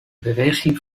beweging